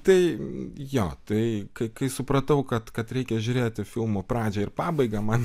tai jo tai kai kai supratau kad kad reikia žiūrėti filmų pradžią ir pabaigą man